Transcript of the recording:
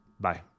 Bye